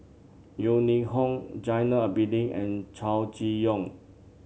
Yeo Ning Hong Zainal Abidin and Chow Chee Yong